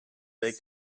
they